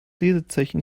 lesezeichen